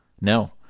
No